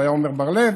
היה עמר בר-לב